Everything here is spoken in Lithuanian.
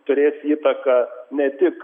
turės įtaką ne tik